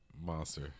Monster